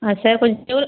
ஆ Seppanjur